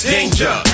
Danger